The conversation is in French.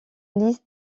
liste